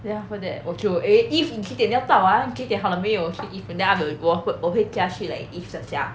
then after that 我就 eh eve 你几点要到 ah 几点好了没有我会驾去 like eve 的家